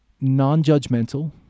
non-judgmental